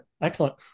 excellent